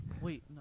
Wait